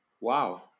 Wow